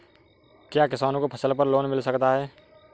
क्या किसानों को फसल पर लोन मिल सकता है?